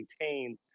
maintain